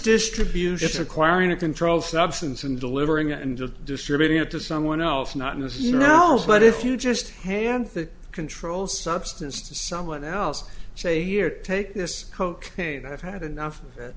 distribution acquiring a controlled substance and delivering it and just distributing it to someone else not in this you know but if you just hand the control substance to someone else say here take this cocaine i've had enough